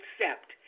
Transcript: accept